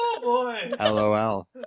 LOL